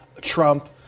Trump